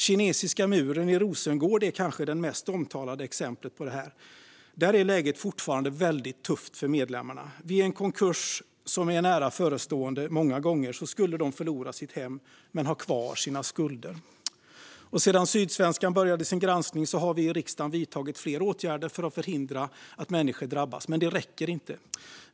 Kinesiska muren i Rosengård är kanske det mest omtalade exemplet. Där är läget fortfarande väldigt tufft för medlemmarna. Vid en konkurs, som många gånger varit nära förestående, skulle de förlora sitt hem men ha kvar sina skulder. Sedan Sydsvenskan började sin granskning har vi i riksdagen vidtagit fler åtgärder för att förhindra att människor drabbas. Men det räcker inte.